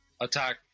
attack